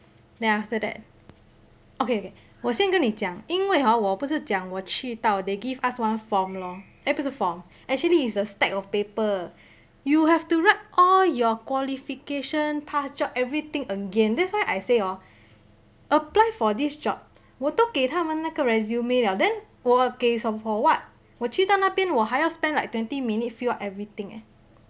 then after that okay okay 我先跟你讲因为 hor 我不是讲我去到 they gave us one form lor eh 不是 form actually it's a stack of paper uh you have to write all your qualification past job everything again that's why I say hor apply for this job 我都给他们那个 resume liao then 我给 for what 我去到那边我还要 spend like twenty minutes fill up everything eh